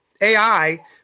AI